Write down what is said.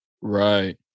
Right